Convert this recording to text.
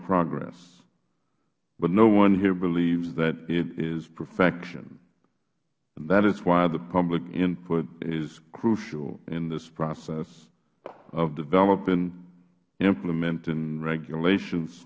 progress but no one here believes that it is perfection that is why the public input is crucial in this process of developing and implementing regulations